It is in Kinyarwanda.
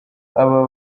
aba